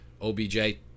OBJ